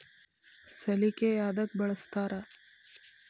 ಸಲಿಕೆ ಯದಕ್ ಬಳಸ್ತಾರ?